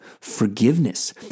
forgiveness